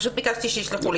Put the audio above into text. פשוט ביקשתי שישלחו לי,